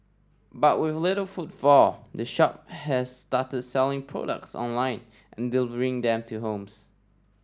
but with little footfall the shop has started selling products online and delivering them to homes